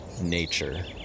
nature